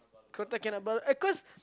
Kota-Kinabalu uh cause